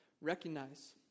recognize